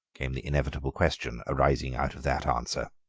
came the inevitable question arising out of that answer.